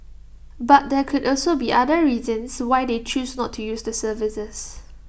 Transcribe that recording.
but there could also be other reasons why they choose not to use the services